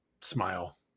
smile